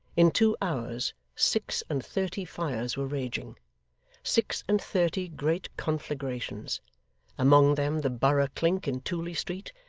in two hours, six-and-thirty fires were raging six-and-thirty great conflagrations among them the borough clink in tooley street,